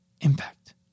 impact